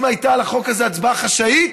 אם הייתה על החוק הזה הצבעה חשאית,